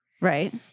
Right